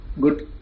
good